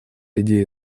идею